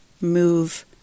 move